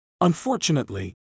Unfortunately